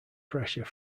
pressure